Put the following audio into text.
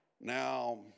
Now